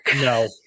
No